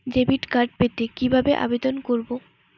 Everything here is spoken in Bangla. ডেবিট কার্ড পেতে কিভাবে আবেদন করব?